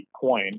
coin